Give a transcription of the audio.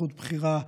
זכות בחירה,